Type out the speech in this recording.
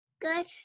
good